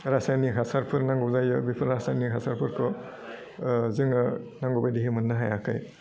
रासाइनिक हासारफोर नांगौ जायो बेफोर रासाइनिक हासारफोरखौ जोङो नांगौ बायदिहै मोन्नो हायाखै